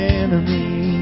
enemy